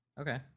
Okay